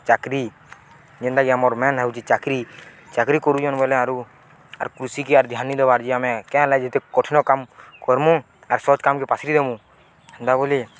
ଚାକିରି ଯେନ୍ତାକି ଆମର୍ ମେନ୍ ହେଉଛି ଚାକିରି ଚାକିରି କରୁଛନ୍ ବୋଲେ ଆରୁ ଆର୍ କୃଷିକି ଆର୍ ଧ୍ୟାନ ଦେଇଦବା ଆର୍ ଯେ ଆମେ କାଁ ହେଲା ଯେତେ କଠିନ କାମ କର୍ମୁ ଆର୍ ସତ୍ କାମ୍କେ ପାଶରି ଦେମୁଁ ହେନ୍ତା ବୋଲି